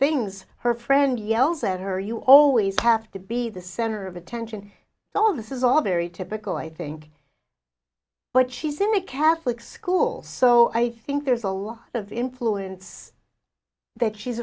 things her friend yells at her you always have to be the center of attention all of this is all very typical i think but she's in a catholic school so i think there's a lot of influence that she's